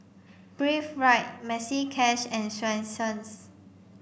Breathe Right Maxi Cash and Swensens